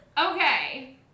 Okay